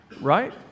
Right